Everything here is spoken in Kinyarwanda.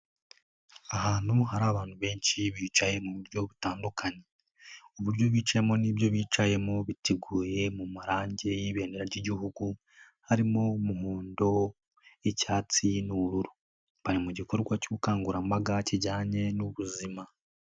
Ahantu hari abantu benshi bicaye mu buryo butandukanye. Uburyo bicayemo n'ibyo bicayemo biteguye mu marangi y'ibendera ry'igihugu, harimo umuhondo, icyatsi n'ubururu. Bari mu gikorwa cy'ubukangurambaga kijyanye n'ubuzima.